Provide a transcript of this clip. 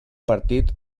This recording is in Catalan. partit